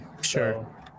Sure